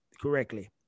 correctly